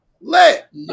Let